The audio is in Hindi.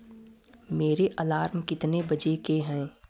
मेरे अलार्म कितने बजे के हैं